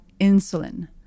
insulin